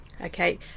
Okay